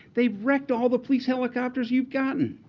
they've wrecked all the police helicopters you've gotten.